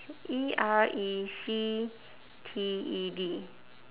E R E C T E D